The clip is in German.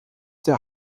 der